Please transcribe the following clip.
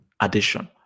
addition